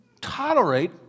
tolerate